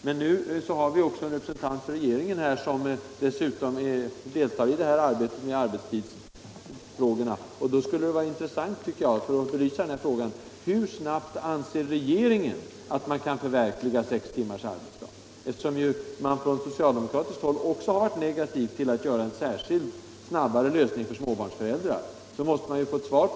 Men nu har vi också den medlem av regeringen närvarande som håller i arbetstidsfrågorna, och det skulle vara intressant att få svar på frågan: Hur snabbt anser regeringen att man kan förverkliga sex timmars arbetsdag? På socialdemokratiskt håll har man ju också varit negativ till att åstadkomma en särskild, snabbare lösning för småbarnsföräldrarna.